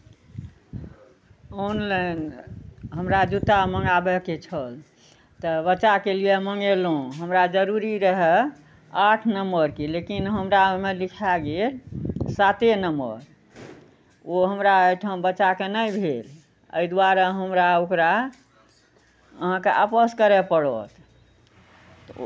online हमरा जुत्ता मङ्गाबयके छल तऽ बच्चाके लिए मङ्गेलहुँ हमरा जरूरी रहए आठ नम्बरके लेकिन हमरा ओहिमे लिखाए गेल साते नम्बर ओ हमरा एहिठाम बच्चाकेँ नहि भेल एहि दुआरे हमरा ओकरा अहाँकेँ आपस करए पड़त